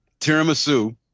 tiramisu